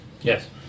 Yes